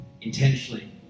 intentionally